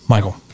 Michael